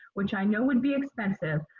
which i know would be expensive,